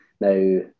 Now